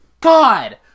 God